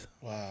Wow